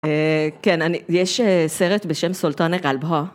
כן, יש סרט בשם סולטנה גלבה.